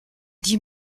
dix